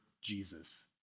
Jesus